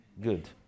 good